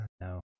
no